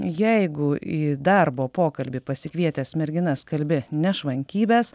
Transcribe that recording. jeigu į darbo pokalbį pasikvietęs merginas kalbi nešvankybes